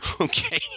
Okay